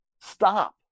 stop